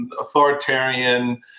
authoritarian